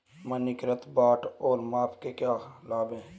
मानकीकृत बाट और माप के क्या लाभ हैं?